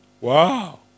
Wow